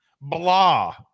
Blah